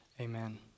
Amen